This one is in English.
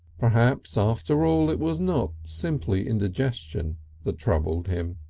perhaps after all it was not simply indigestion that troubled him.